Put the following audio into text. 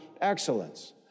excellence